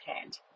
hand